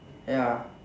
ya